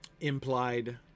implied